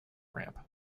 ramp